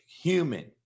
Human